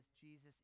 Jesus